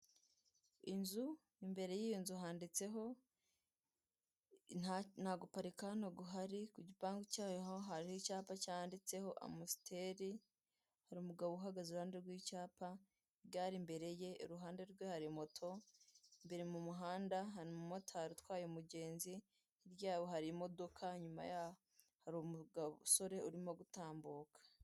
Inzu, imbere y'iyo nzu handitseho " Nta guparika hano guhari!", ku gipangu cyaho, hari icyapa cyanditseho Amusiteri, hari umugabo uhagaze iruhande ry'icyapa, gare imbere ye, iruhande rwe hari moto, imbere mu muhanda hari umumotari utwaye umugenzi, hirya y'aho hari imodoka, inyuma y'aho hari umusore urimo gutambuka.